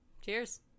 cheers